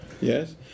yes